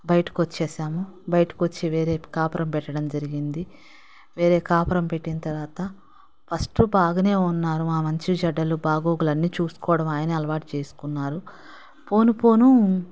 బయటకు వచ్చేసాము బయటకు వచ్చి వేరే కాపురం పెట్టడం జరిగింది వేరే కాపురం పెట్టిన తర్వాత ఫస్ట్ బాగానే ఉన్నారు మా మంచి చెడ్డలు బాగోగులు అన్ని చూసుకోవడం ఆయనే అలవాటు చేసుకున్నారు పోను పోను